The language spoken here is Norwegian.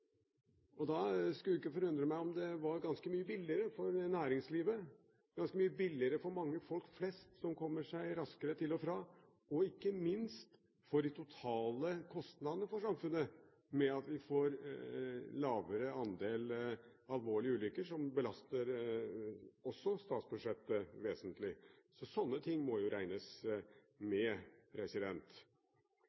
for. Da skulle det ikke forundre meg om det var ganske mye billigere for næringslivet, ganske mye billigere for mange, for folk flest, som kommer seg raskere til og fra, og ikke minst med tanke på de totale kostnadene for samfunnet, ved at vi får lavere andel alvorlige ulykker som også belaster statsbudsjettet vesentlig. Sånne ting må jo regnes